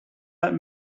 let